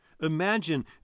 Imagine